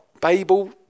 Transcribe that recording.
Babel